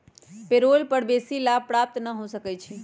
payroll कर बेशी लाभ प्राप्त न हो सकै छइ